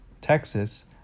Texas